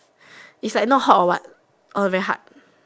it's like not hot or what or very hard